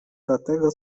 dlatego